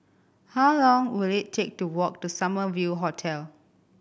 how long will it take to walk to Summer View Hotel